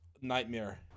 nightmare